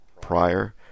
prior